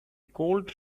colt